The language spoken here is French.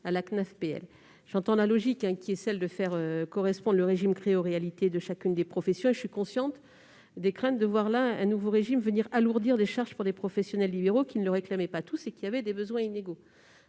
cette logique qui tend à faire correspondre le régime créé aux réalités de chacune des professions. Je suis consciente également des craintes de voir là un nouveau régime venir alourdir les charges pour des professionnels libéraux qui ne le réclamaient pas tous et qui avaient des besoins inégaux.